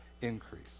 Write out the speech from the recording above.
increase